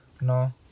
No